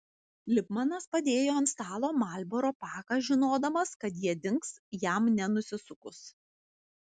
lipmanas padėjo ant stalo marlboro paką žinodamas kad jie dings jam nenusisukus